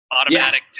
automatic